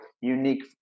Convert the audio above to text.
unique